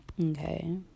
Okay